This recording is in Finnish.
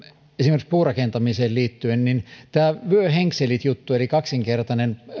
esimerkiksi puurakentamiseen liittyen tämä vyö henkselit juttu eli kaksinkertainen